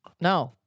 No